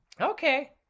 Okay